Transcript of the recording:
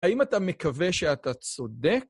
האם אתה מקווה שאתה צודק?